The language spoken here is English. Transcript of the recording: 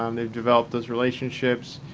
um they've developed those relationships.